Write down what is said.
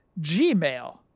gmail